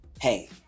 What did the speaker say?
hey